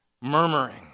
murmuring